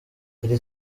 iri